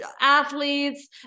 athletes